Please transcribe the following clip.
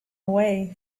away